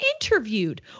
interviewed